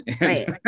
Right